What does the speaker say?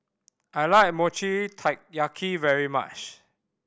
I like Mochi Taiyaki very much